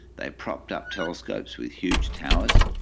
they propped up telescopes with huge towers.